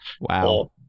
Wow